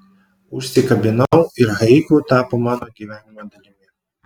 užsikabinau ir haiku tapo mano gyvenimo dalimi